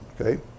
Okay